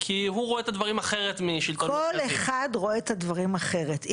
כי הוא רואה את הדברים אחרת משלטון --- כל אחד רואים את הדברים אחרת.